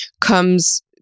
comes